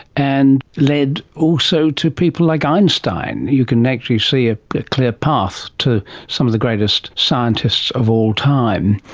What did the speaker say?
and led also to people like einstein. you can actually see a clear path to some of the greatest scientists of all time.